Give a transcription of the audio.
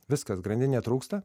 viskas grandinė trūksta